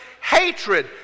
hatred